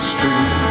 Street